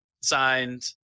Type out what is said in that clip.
Signed